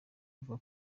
avuga